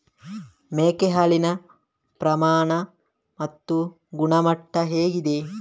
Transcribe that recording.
ಮೇಕೆ ಹಾಲಿನ ಪ್ರಮಾಣ ಮತ್ತು ಗುಣಮಟ್ಟ ಹೇಗಿದೆ?